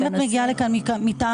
אם את מגיעה לכאן מטעם